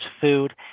food